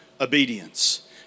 obedience